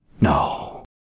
No